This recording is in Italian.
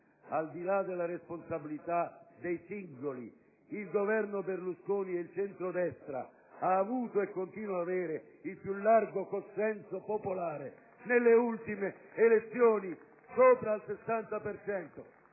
al di là della responsabilità dei singoli, il Governo Berlusconi e il centrodestra hanno avuto e continuano ad avere il più largo consenso popolare nelle ultime elezioni (sopra il 60